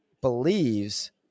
believes